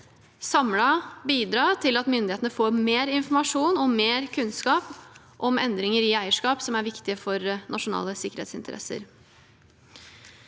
samlet bidra til at myndighetene får mer informasjon og mer kunnskap om endringer i eierskap som er viktige for nasjonale sikkerhetsinteresser.